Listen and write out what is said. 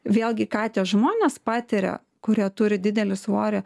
vėlgi ką tie žmonės patiria kurie turi didelį svorį